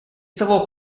того